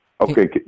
okay